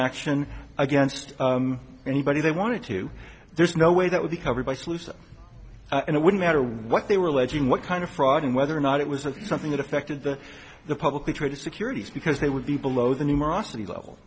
action against anybody they wanted to there's no way that would be covered by sluicing and it wouldn't matter what they were alleging what kind of fraud and whether or not it was something that affected the the publicly traded securities because they would be below the numerosity level